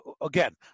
again